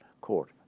court